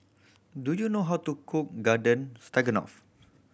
do you know how to cook Garden Stroganoff